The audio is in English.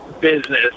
business